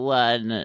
one